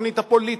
התוכנית הפוליטית,